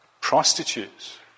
prostitutes